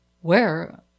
Where